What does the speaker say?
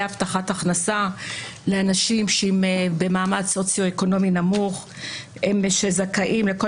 אבטחת הכנסה שהם במעמד סוציו-אקונומי נמוך שזכאים לכל